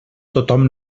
tothom